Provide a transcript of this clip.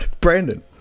Brandon